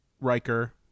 Riker